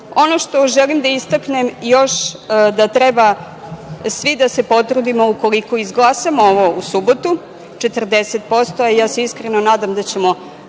što želim da istaknem još, da treba svi da se potrudimo, ukoliko izglasamo ovo u subotu 40%, a iskreno se nadam da ćemo